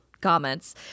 comments